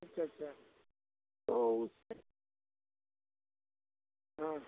अच्छा अच्छा तो उस हाँ